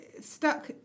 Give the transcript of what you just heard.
stuck